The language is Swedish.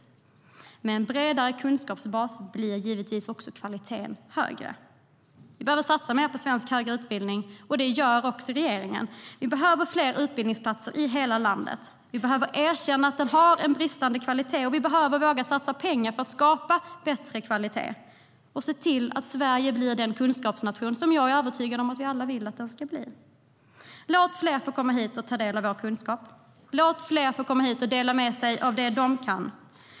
Med en bredare kunskapsbas blir givetvis också kvaliteten högre. Låt fler få komma hit och ta del av vår kunskap. Låt fler få komma hit och dela med sig av det de kan.